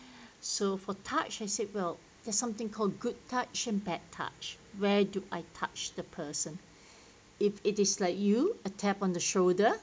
so for touch I said well there's something called good touch and bad touch where do I touched the person if it is like you a tap on the shoulder